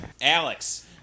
Alex